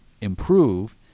improve